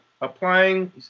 Applying